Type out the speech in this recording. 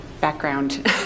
background